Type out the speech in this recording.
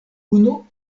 unu